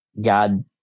God